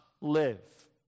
live